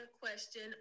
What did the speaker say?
question